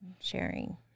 sharing